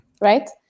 right